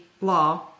law